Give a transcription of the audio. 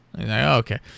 Okay